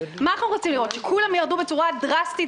אנחנו רוצים לראות שכולם ירדו בצורה דרסטית